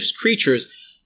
creatures